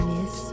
Miss